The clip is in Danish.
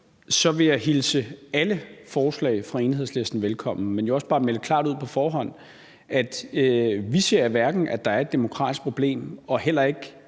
vil jeg hilse alle forslag fra Enhedslisten velkommen, men jo også bare melde klart ud på forhånd, at vi ikke ser, at der er et demokratisk problem, og vi